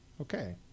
Okay